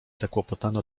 zakłopotany